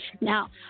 Now